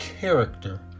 character